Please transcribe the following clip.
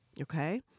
Okay